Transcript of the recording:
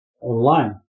online